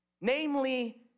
namely